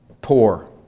Poor